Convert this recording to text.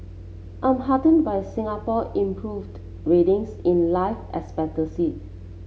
I'm heartened by Singapore improved ratings in life expectancy